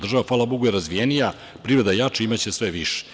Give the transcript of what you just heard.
Država, hvala Bogu je razvijenija, privreda je jača i imaće sve više.